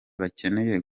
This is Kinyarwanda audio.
bakeneye